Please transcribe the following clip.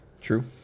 True